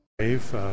Dave